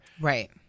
Right